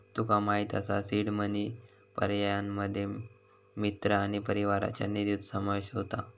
तुका माहित असा seed money पर्यायांमध्ये मित्र आणि परिवाराच्या निधीचो समावेश होता